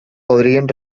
podrien